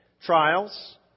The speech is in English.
Trials